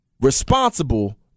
Responsible